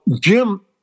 Jim